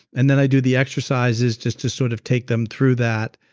and then i do the exercises just to sort of take them through that,